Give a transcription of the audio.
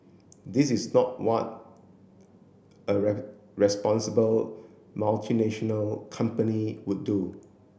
this is not what a responsible multinational company would do